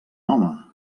home